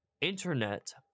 internet